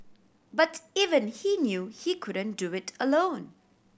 but even he knew he couldn't do it alone